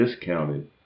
discounted